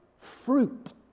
fruit